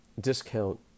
discount